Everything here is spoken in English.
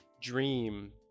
dream